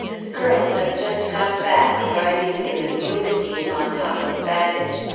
the girls have just got back, riding in a mule team, on top of baggage,